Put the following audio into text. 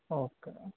okay ma'am